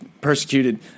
persecuted